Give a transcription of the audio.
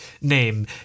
name